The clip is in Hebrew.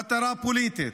מטרה פוליטית.